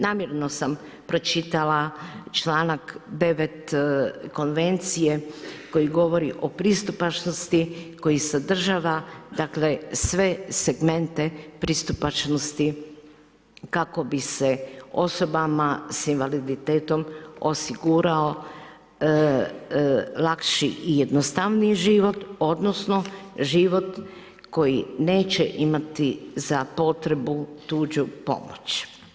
Namjerno sam pročitala članak 9. konvencije koji govori o pristupačnosti koji sadržava sve segmente pristupačnosti kako bi se osobama s invaliditetom osigurao lakši i jednostavniji život odnosno život koji neće imati za potrebu tuđu pomoć.